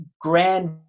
grand